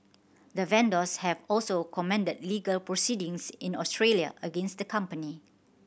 the vendors have also commend legal proceedings in Australia against the company